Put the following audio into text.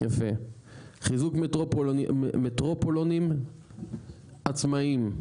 חיזוק מטרופולינים עצמאיים.